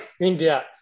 India